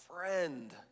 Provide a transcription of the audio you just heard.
friend